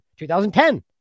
2010